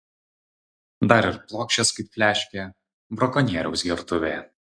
dar ir plokščias kaip fliaškė brakonieriaus gertuvė